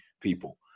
people